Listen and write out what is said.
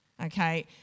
okay